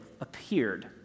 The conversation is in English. appeared